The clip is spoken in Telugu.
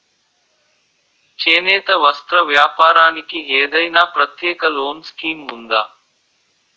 చేనేత వస్త్ర వ్యాపారానికి ఏదైనా ప్రత్యేక లోన్ స్కీం ఉందా?